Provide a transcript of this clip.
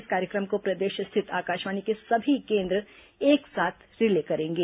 इस कार्यक्रम को प्रदेश स्थित आकाशवाणी के सभी केन्द्र एक साथ रिले करेंगे